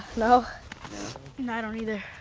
no i don'tt either